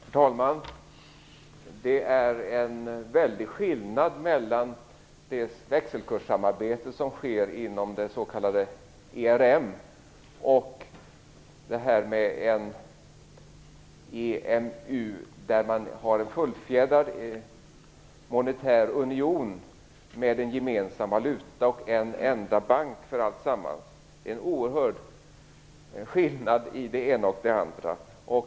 Herr talman! Det är en väldig skillnad mellan det växelkurssamarbete som sker inom det s.k. ERM och det här med EMU, där man har en fullfjädrad monetär union med en gemensam valuta och en enda bank för alltsammans. Det är en oerhörd skillnad mellan det ena och det andra.